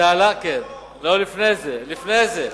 וזה עלה, כן, לא, לפני זה, לפני זה.